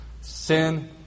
sin